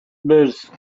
birds